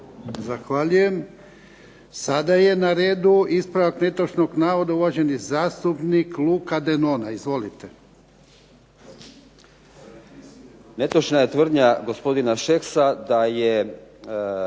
Zahvaljujem. Sada je na redu ispravak netočnog navoda uvaženi zastupnik Luka Denona. Izvolite. **Denona, Luka (SDP)** Netočna je tvrdnja gospodina Šeksa nećemo